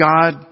God